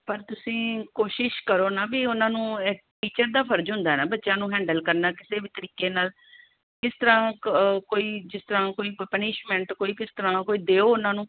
ਪਰ ਤੁਸੀਂ ਕੋਸ਼ਿਸ਼ ਕਰੋ ਨਾ ਵੀ ਉਹਨਾਂ ਨੂੰ ਇਹ ਟੀਚਰ ਦਾ ਫਰਜ ਹੁੰਦਾ ਨਾ ਬੱਚਿਆਂ ਨੂੰ ਹੈਂਡਲ ਕਰਨਾ ਕਿਸੇ ਵੀ ਤਰੀਕੇ ਨਾਲ ਇਸ ਤਰ੍ਹਾਂ ਕ ਕੋਈ ਜਿਸ ਤਰ੍ਹਾਂ ਕੋਈ ਪ ਪੁਨਿਸ਼ਮੈਂਟ ਕੋਈ ਕਿਸ ਤਰ੍ਹਾਂ ਕੋਈ ਦਿਓ ਉਹਨਾਂ ਨੂੰ